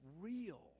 real